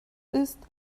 ist